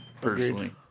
personally